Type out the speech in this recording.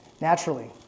Naturally